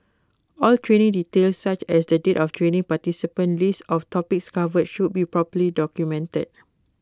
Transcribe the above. all training details such as the date of training participant list of topics covered should be properly documented